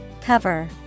Cover